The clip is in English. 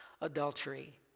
adultery